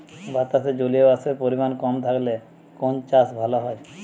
বাতাসে জলীয়বাষ্পের পরিমাণ কম থাকলে কোন চাষ ভালো হয়?